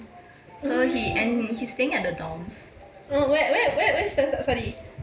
oh whe~ where where where does he study